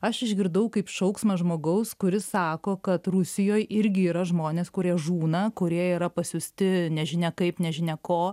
aš išgirdau kaip šauksmą žmogaus kuris sako kad rusijoj irgi yra žmonės kurie žūna kurie yra pasiųsti nežinia kaip nežinia ko